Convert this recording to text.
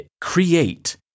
create